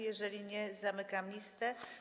Jeżeli nie, zamykam listę.